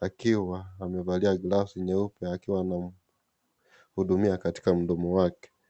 akiwa amevalia glasi nyeupe akiwa anamhudumia katika mdomo wake.